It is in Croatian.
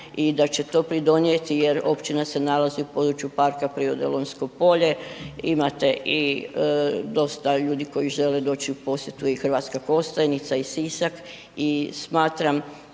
i da će to pridonijeti jer općina se nalazi u području parka prirode Lonjsko polje, imate i dosta ljudi koji žele doći u posjetu i Hrvatska Kostajnica i Sisak